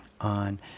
on